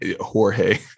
Jorge